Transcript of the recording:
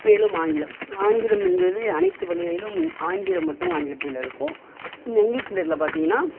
மேலும் ஆங்கிலம் ஆங்கிலம் என்பது அனைத்து பள்ளிகளிலும் ஆங்கிலம் மட்டும் ஆங்கிலத்தில் இருக்கும் இந்த இங்கிலீஸ் மீடியத்தில் பார்த்திங்கன்னா